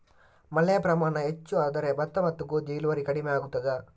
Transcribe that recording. ಮಳೆಯ ಪ್ರಮಾಣ ಹೆಚ್ಚು ಆದರೆ ಭತ್ತ ಮತ್ತು ಗೋಧಿಯ ಇಳುವರಿ ಕಡಿಮೆ ಆಗುತ್ತದಾ?